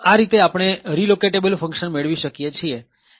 આ રીતે આપણે રીલોકેટેબલ ફંક્શન મેળવી શકીએ છીએ